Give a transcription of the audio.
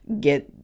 get